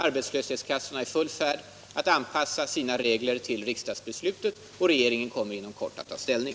Arbetslöshetskassorna är i full färd med att anpassa sina regler till riksdagsbeslutet, och regeringen kommer inom kort att ta ställning.